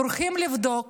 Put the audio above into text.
טורחים לבדוק